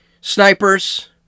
snipers